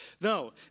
No